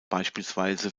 beispielsweise